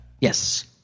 Yes